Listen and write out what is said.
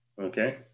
Okay